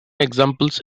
examples